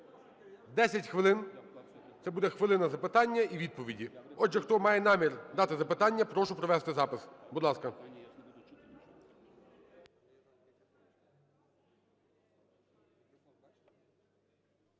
хвилин – це буде хвилина запитання і відповіді. Отже, хто має намір дати запитання, прошу провести запис, будь ласка.